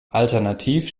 alternativ